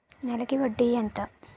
నెలకి వడ్డీ ఎంత?